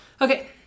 Okay